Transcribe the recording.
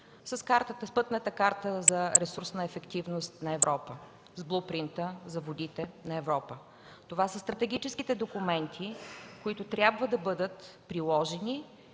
с пътната карта за ресурсна ефективност на Европа, с доктрината за водите на Европа. Това са стратегически документи, които трябва да бъдат приложени